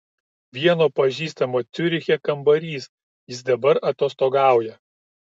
vieno pažįstamo ciuriche kambarys jis dabar atostogauja